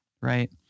right